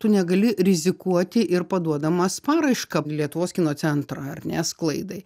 tu negali rizikuoti ir paduodamas paraišką lietuvos kino centro ar ne sklaidai